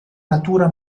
natura